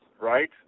right